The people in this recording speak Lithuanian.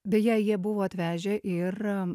beje jie buvo atvežę ir a